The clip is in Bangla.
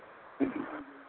হম হম হম